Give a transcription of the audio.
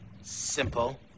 simple